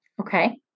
Okay